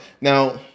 Now